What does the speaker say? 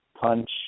punch